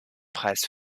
preis